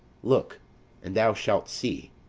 look, and thou shalt see.